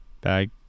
Bag